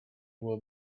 will